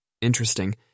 interesting